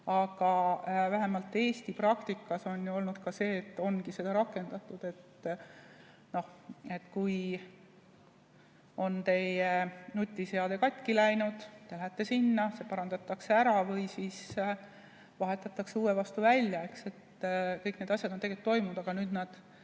Aga vähemalt Eesti praktikas on olnud nii, et ongi seda rakendatud, et noh, kui on teie nutiseade katki läinud, te lähete sinna, see parandatakse ära või siis vahetatakse uue vastu välja. Kõik need asjad on tegelikult toiminud, aga nüüd nad